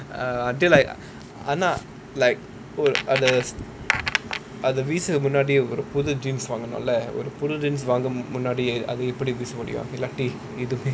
uh until like ஆனா:aanaa like oh அது அது வீசர முன்னாடி ஒரு புது:athu athu veesara munnaadi oru puthu jeans வாங்கனுள்ள ஒரு புது:vaanganulla oru puthu jeans வாங்கற முன்னாடி அது எப்படி வீச முடியும் இல்லாட்டி:vangra munnaadi athu eppadi veesa mudiyum illaatti